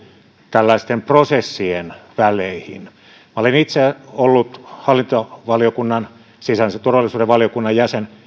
tällaisten prosessien väleihin minä olen itse ollut hallintovaliokunnan eli sisäisen turvallisuuden valiokunnan jäsen